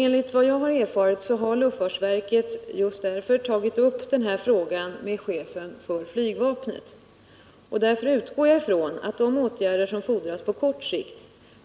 Enligt vad jag har erfarit har luftfartsverket just därför tagit upp den här frågan med chefen för flygvapnet, varför jag utgår från att de åtgärder som fordras på kort sikt